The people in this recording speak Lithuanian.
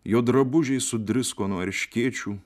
jo drabužiai sudrisko nuo erškėčių